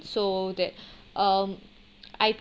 so that um I